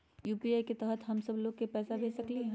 UPI के तहद हम सब लोग को पैसा भेज सकली ह?